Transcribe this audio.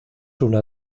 una